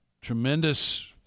tremendous